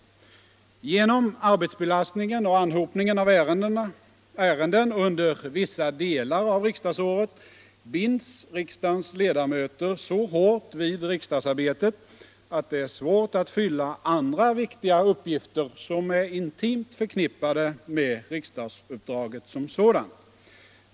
Genom arbetsbelastningen och anhopningen av ärenden under vissa delar av riksdagsåret binds riksdagens ledamöter så hårt vid riksdagsarbetet att det är svårt att fullgöra andra viktiga uppgifter som är intimt förknippade med riksdagsuppdraget som sådant.